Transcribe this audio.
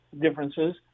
differences